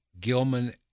Gilman